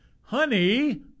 Honey